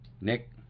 Nick